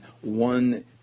one